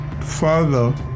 father